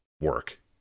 work